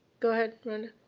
go ahead, rhonda.